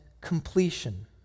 completion